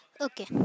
Okay